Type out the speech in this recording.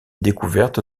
découverte